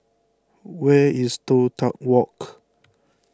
where is Toh Tuck Walk